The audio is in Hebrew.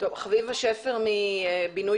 חביבה שפר מבינוי